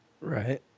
Right